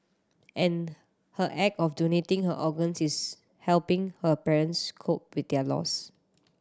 and her act of donating her organs is helping her parents cope with their loss